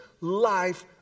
life